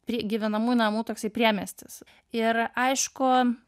prie gyvenamųjų namų toksai priemiestis ir aišku